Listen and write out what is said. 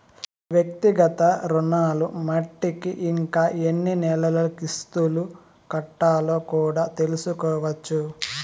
వ్యక్తిగత రుణాలు మట్టికి ఇంకా ఎన్ని నెలలు కిస్తులు కట్టాలో కూడా తెల్సుకోవచ్చు